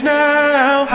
now